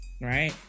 right